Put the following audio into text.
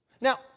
Now